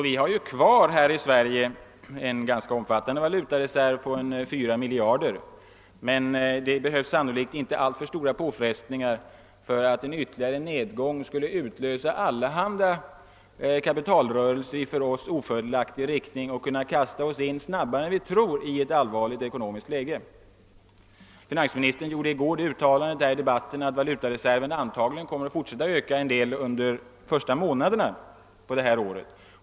Vi har kvar en rätt omfattande valutareserv — omkring 4 miljarder kronor — men det behövs sannolikt inte alltför stora påfrestningar för att utlösa allehanda kapitalrörelser i en för oss oförmånlig riktning, vilka snabbare än vi tror skulle kunna kasta oss in i ett allvarligt ekonomiskt läge. Finansministern uttalade i gårdagens debatt att valutareserven antagligen kommer att fortsätta att öka en del under första månaderna detta år.